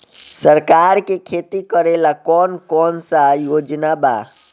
सरकार के खेती करेला कौन कौनसा योजना बा?